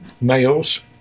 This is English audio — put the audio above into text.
males